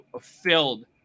filled